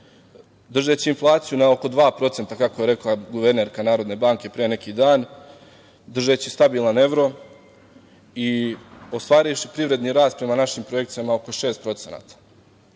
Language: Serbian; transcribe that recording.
držeći inflaciju na oko 2%, kako je rekla guvernerka Narodne banke pre neki dan, držeći stabilan evro i ostvarivši privredni rast prema našim projekcijama oko